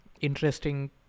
interesting